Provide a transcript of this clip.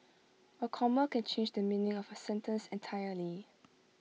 A comma can change the meaning of A sentence entirely